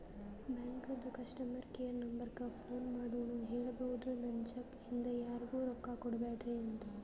ಬ್ಯಾಂಕದು customer care ನಂಬರಕ್ಕ phone ಮಾಡಿನೂ ಹೇಳ್ಬೋದು, ನನ್ ಚೆಕ್ ಇಂದ ಯಾರಿಗೂ ರೊಕ್ಕಾ ಕೊಡ್ಬ್ಯಾಡ್ರಿ ಅಂತ